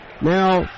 Now